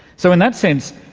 so in that sense,